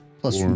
Plus